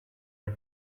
are